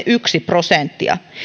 yksi prosenttia